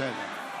בסדר.